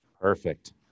Perfect